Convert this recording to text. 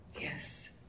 Yes